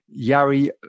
Yari